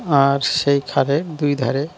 আর সেই খালের দুই ধারে